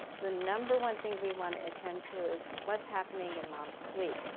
the number one thing we wanna attend to is what's happening in mom's sleep.